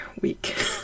week